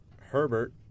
Herbert